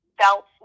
felt